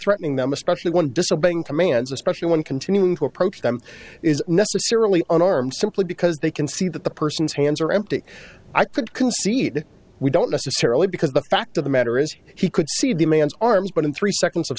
threatening them especially one disobeying commands especially when continuing to approach them is necessarily an armed simply because they can see that the person's hands are empty i could concede we don't necessarily because the fact of the matter is he could see the man's arms but in three seconds of